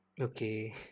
okay